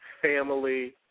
family